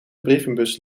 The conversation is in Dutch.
brievenbus